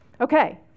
Okay